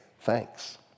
thanks